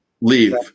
leave